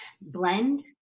blend